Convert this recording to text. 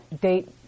date